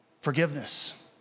Forgiveness